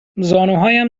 زانوهایم